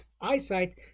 eyesight